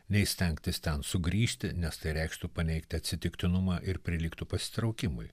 nei stengtis ten sugrįžti nes tai reikštų paneigti atsitiktinumą ir prilygtų pasitraukimui